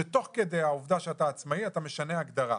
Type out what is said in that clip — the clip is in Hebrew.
שתוך כדי העובדה שאתה עצמאי אתה משנה הגדרה.